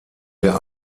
der